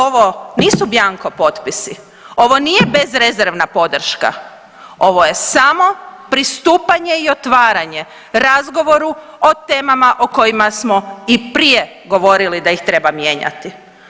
Ovo nisu bjanko potpisi, ovo nije bezrezervna podrška, ovo je samo pristupanje i otvaranje razgovoru o temama o kojima smo i prije govorili da ih treba mijenjati.